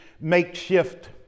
makeshift